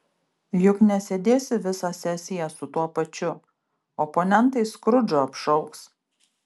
juk nesėdėsi visą sesiją su tuo pačiu oponentai skrudžu apšauks